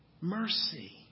Mercy